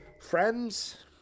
Friends